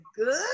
good